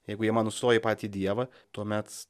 jeigu jie man atstoja patį dievą tuomet